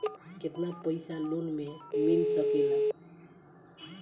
केतना पाइसा लोन में मिल सकेला?